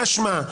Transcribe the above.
משמע,